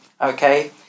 okay